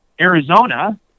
Arizona